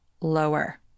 lower